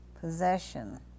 possession